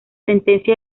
sentencia